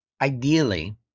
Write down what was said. ideally